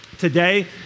today